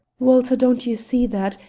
walter, don't you see that,